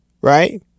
right